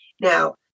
Now